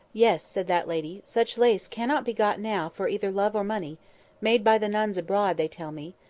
yes, said that lady, such lace cannot be got now for either love or money made by the nuns abroad, they tell me.